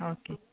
आं ओके